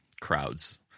crowds